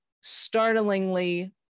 startlingly